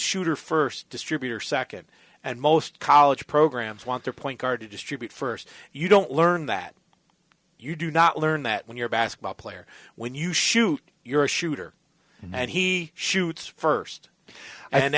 shooter first distributor second and most college programs want their point guard to distribute first you don't learn that you do not learn that when you're a basketball player when you shoot you're a shooter and that he shoots first and